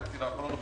אחרת לא נוכל